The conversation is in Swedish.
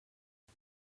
jag